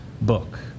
book